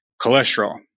cholesterol